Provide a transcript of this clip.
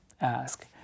ask